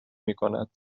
میکند